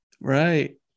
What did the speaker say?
Right